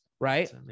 right